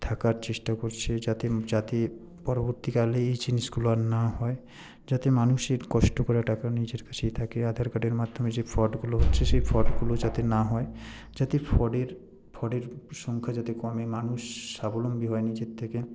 থাকার চেষ্টা করছে যাতে যাতে পরবর্তীকালে এই জিনিসগুলো আর না হয় যাতে মানুষের কষ্ট করা টাকা নিজের কাছেই থাকে আধার কার্ডের মাধ্যমে যে ফ্রডগুলো হচ্ছে সেই ফ্রডগুলো যাতে না হয় যাতে ফ্রডের ফ্রডের সংখ্যা যাতে কমে মানুষ স্বাবলম্বী হয় নিজের থেকে